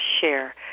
share